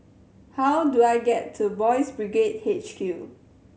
how do I get to Boys' Brigade H Q